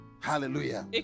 hallelujah